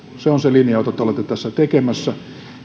se on se linja jota te olette tässä tekemässä